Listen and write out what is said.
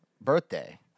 birthday